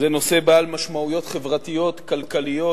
זה נושא בעל משמעויות חברתיות כלכליות